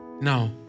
Now